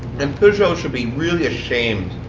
and peugeot should be really ashamed,